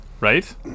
right